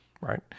right